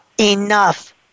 enough